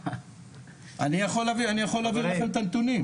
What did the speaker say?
אני יכול להביא לכם את הנתונים.